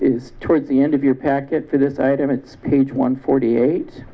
is towards the end of your packet for this item it's page one forty eight